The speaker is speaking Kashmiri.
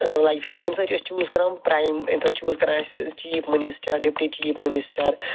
لایفہِ امہ سۭتۍ چھِ أسۍ چوٗز کَران پرایم امہ سۭتۍ چھِ چوٗز کَران أسۍ chief minister deputy chief minister